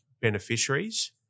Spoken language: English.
beneficiaries